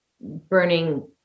burning